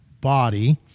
body